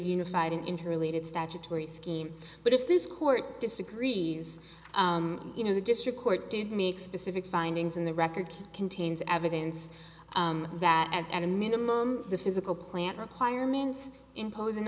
unified interrelated statutory scheme but if this court disagreed as you know the district court did make specific findings and the record contains evidence that at a minimum the physical plant requirements impos